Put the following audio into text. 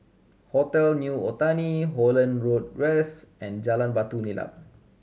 Hotel New Otani Holland Road West and Jalan Batu Nilam